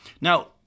Now